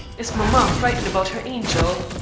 is mamma frightened about her angel?